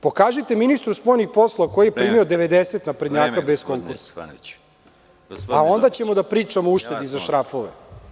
Pokažite ministru spoljnih poslova koji je primio naprednjaka bez konkursa, pa ćemo onda da pričamo o uštedi za šrafove.